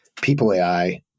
People.ai